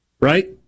right